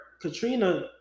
Katrina